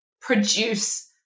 produce